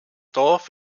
dorf